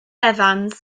evans